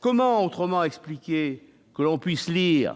comment autrement, expliquer que l'on puisse lire